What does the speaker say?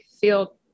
feel